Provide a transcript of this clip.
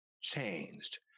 changed